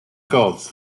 gods